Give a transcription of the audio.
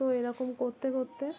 তো এরকম করতে করতে